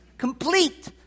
complete